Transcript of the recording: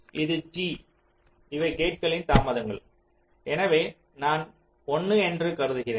இது g இவை கேட்களின் தாமதங்கள் எனவே நான் 1 என்று கருது கிறேன்